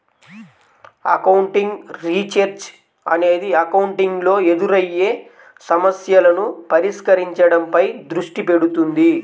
accounting research అనేది accounting లో ఎదురయ్యే సమస్యలను పరిష్కరించడంపై దృష్టి పెడుతుంది